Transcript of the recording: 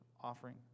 offering